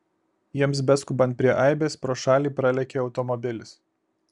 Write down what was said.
jiems beskubant prie aibės pro šalį pralėkė automobilis